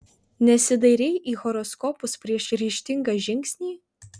nesidairei į horoskopus prieš ryžtingą žingsnį